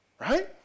Right